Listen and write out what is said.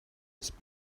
its